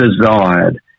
desired